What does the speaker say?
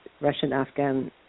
Russian-Afghan